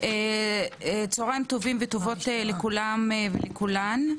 צוהריים טובים וטובות לכולם ולכולן.